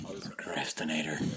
Procrastinator